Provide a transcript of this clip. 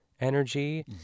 energy